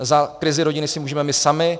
Za krizi rodiny si můžeme my sami.